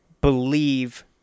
believe